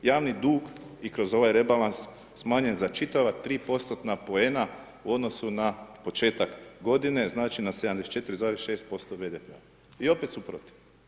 Javni dug i kroz ovaj rebalans smanjen za čitava 3% poena u odnosu na početak godine, znači na 74,6% BDP-a i opet su protiv.